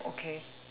okay